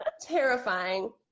Terrifying